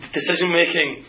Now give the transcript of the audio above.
decision-making